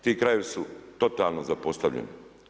Ti krajevi su totalno zapostavljeni.